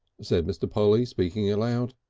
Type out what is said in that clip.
said mr. polly, speaking aloud.